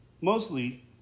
Mostly